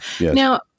Now